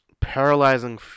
paralyzing